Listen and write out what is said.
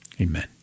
amen